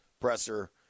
presser